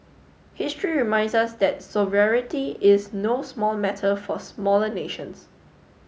history reminds us that sovereignty is no small matter for smaller nations